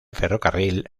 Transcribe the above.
ferrocarril